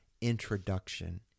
introduction